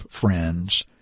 friends